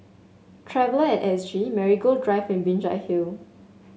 Traveller at S G Marigold Drive and Binjai Hill